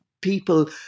people